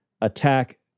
attack